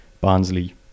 Barnsley